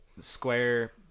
square